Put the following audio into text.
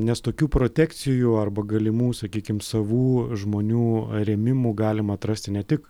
nes tokių protekcijų arba galimų sakykim savų žmonių rėmimų galim atrasti ne tik